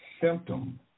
symptom